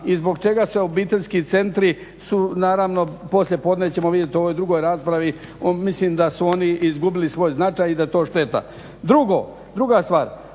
i zbog čega se obiteljski centri su naravno poslije podne ćemo vidjeti u ovoj drugoj raspravi, mislim da su oni izgubili svoj značaj i da je to šteta. Drugo, druga stvar.